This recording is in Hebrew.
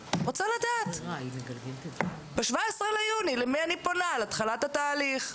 אני רוצה לדעת ב-17 ביוני למי אני פונה להתחלת התהליך,